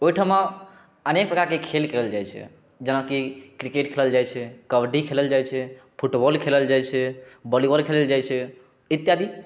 ओहिठाम अनेक प्रकारके खेल खेलल जाइ छै जेनाकि किरकेट खेलल जाइ छै कबड्डी खेलल जाइ छै फुटबॉल खेलल जाइ छै वॉलीबॉल खेलल जाइ छै इत्यादि